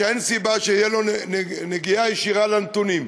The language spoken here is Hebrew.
שאין סיבה שתהיה לו נגיעה ישירה לנתונים,